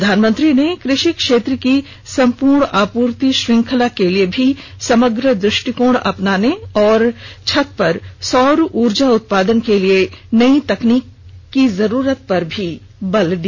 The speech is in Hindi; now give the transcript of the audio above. प्रधानमंत्री ने कृषि क्षेत्र की सम्पूर्ण आपूर्ति श्रृंखला के लिए समग्र दृष्टिकोण अपनाने पर और छत पर सौर ऊर्जा उत्पादन के लिए नई तकनीक की जरूरत पर भी बल दिया